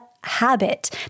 habit